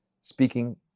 speaking